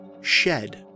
shed